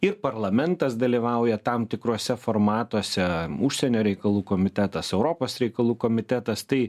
ir parlamentas dalyvauja tam tikruose formatuose užsienio reikalų komitetas europos reikalų komitetas tai